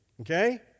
Okay